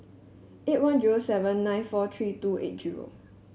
eight one zero seven nine four three two eight zero